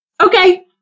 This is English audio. Okay